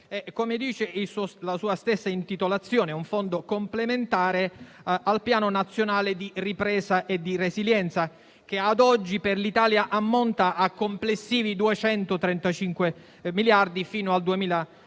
Come dice la sua stessa intitolazione, è un fondo complementare al Piano nazionale di ripresa e di resilienza che ad oggi per l'Italia ammonta a complessivi 235 miliardi fino al 2026.